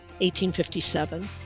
1857